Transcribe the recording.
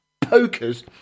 pokers